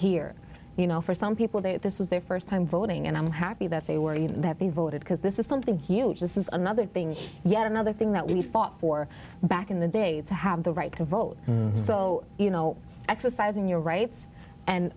here you know for some people that this is their first time voting and i'm happy that they were that they voted because this is something huge this is another thing yet another thing that we fought for back in the day to have the right to vote so you know exercising your rights and